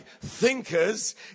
thinkers